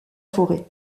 forêt